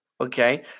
Okay